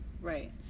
right